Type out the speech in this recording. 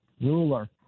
ruler